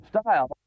Style